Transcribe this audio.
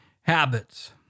habits